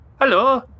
Hello